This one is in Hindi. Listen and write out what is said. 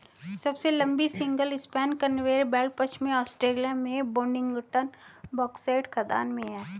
सबसे लंबी सिंगल स्पैन कन्वेयर बेल्ट पश्चिमी ऑस्ट्रेलिया में बोडिंगटन बॉक्साइट खदान में है